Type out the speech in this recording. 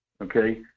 okay